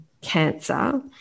cancer